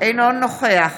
אינו נוכח